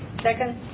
Second